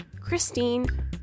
Christine